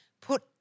put